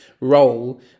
role